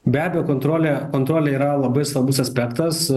be abejo kontrolė kontrolė yra labai svarbus aspektas